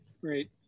Great